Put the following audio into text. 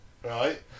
Right